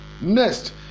Next